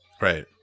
Right